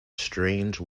strange